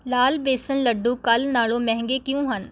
ਲਾਲ ਬੇਸਨ ਲੱਡੂ ਕੱਲ੍ਹ ਨਾਲੋਂ ਮਹਿੰਗੇ ਕਿਉਂ ਹਨ